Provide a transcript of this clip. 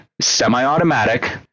semi-automatic